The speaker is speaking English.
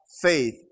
Faith